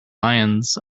lyons